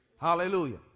Hallelujah